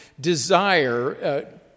desire